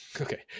Okay